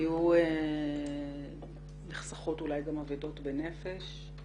היו נחסכות אולי גם אבדות בנפש.